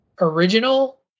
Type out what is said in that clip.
original